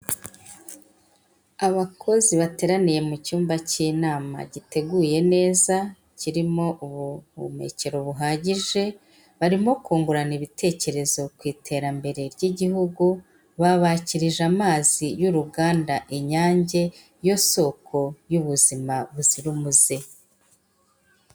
Abakozi bateraniye mu cyumba cy'inama giteguye neza, kirimo ubuhumekero buhagije, barimo kungurana ibitekerezo ku iterambere ry'igihugu, babakirije amazi y'uruganda Inyange yo soko y'ubuzima buzira umuze.